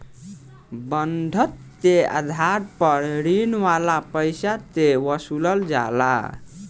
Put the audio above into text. बंधक के आधार पर ऋण वाला पईसा के वसूलल जाला